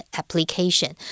application